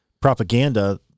Propaganda